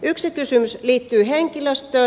yksi kysymys liittyy henkilöstöön